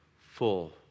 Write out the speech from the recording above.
Full